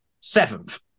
Seventh